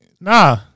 nah